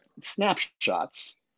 snapshots